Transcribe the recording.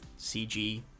CG